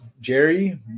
Jerry